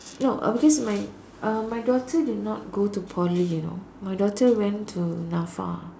no uh because mine uh my daughter did not go to Poly you know my daughter went to Nafa